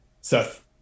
Seth